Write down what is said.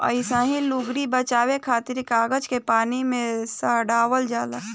अइसही लुगरी बनावे खातिर कागज के पानी में सड़ावल जाला